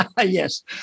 Yes